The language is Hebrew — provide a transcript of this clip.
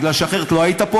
כי אחרת לא היית פה,